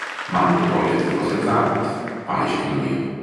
man rytoj fizikos egzaminas paaiškino ji